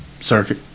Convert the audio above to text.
circuit